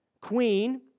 queen